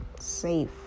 safe